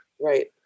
Right